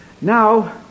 Now